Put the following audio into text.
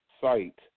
site